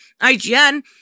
IGN